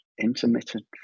intermittent